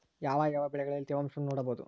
ಯಾವ ಯಾವ ಬೆಳೆಗಳಲ್ಲಿ ತೇವಾಂಶವನ್ನು ನೋಡಬಹುದು?